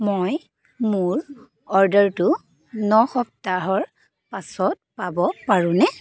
মই মোৰ অৰ্ডাৰটো ন সপ্তাহৰ পাছত পাব পাৰোঁনে